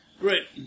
Great